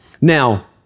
Now